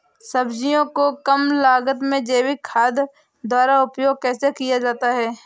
सब्जियों को कम लागत में जैविक खाद द्वारा उपयोग कैसे किया जाता है?